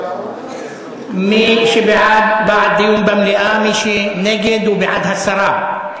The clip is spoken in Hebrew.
מי שבעד, בעד דיון במליאה, מי שנגד הוא בעד הסרה.